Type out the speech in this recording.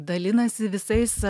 dalinasi visais